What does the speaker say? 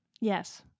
Yes